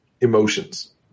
emotions